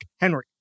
Henry